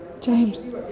James